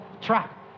track